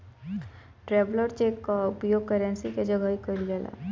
traveller cheque कअ उपयोग currency के जगही कईल जाला